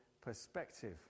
perspective